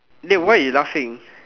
dey why you laughing